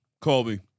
Colby